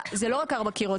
זה לא רק ארבע קירות,